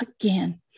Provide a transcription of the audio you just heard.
again